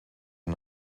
and